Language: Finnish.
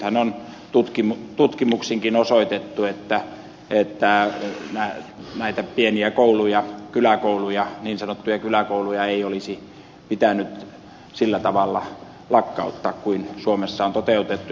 nythän on tutkimuksinkin osoitettu että näitä pieniä kouluja kyläkouluja niin sanottuja kyläkouluja ei olisi pitänyt sillä tavalla lakkauttaa kuin suomessa on toteutettu